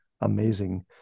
amazing